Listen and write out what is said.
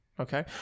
Okay